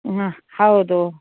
ಹ್ಞೂ ಹೌದು